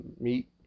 meat